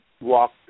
walk